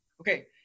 okay